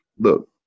look